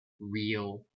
real